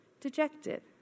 dejected